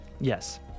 Yes